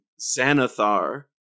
Xanathar